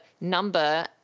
number